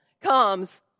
comes